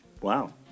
Wow